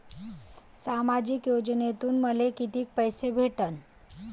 सामाजिक योजनेतून मले कितीक पैसे भेटन?